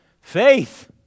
Faith